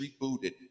rebooted